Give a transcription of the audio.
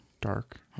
Dark